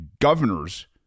governors